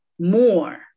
more